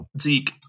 Zeke